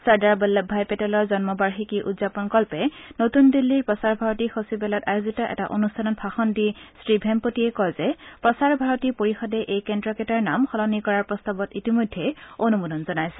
Sardar Vallabhbhai পেটেলৰ জন্ম বাৰ্ষিকী উদ্যাপনকল্পে নতুন দিল্লীৰ প্ৰসাৰ ভাৰতী সচিবালয়ত আয়োজিত এটা অনুষ্ঠানত ভাষণ দি শ্ৰী ভেমপতিয়ে কয় যে প্ৰচাৰ ভাৰতী পৰিষদে এই কেন্দ্ৰকেইটাৰ নাম সলনি কৰাৰ প্ৰস্তাৱত ইতিমধ্যে অনুমোদন জনাইছে